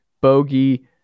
Bogey